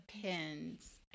pins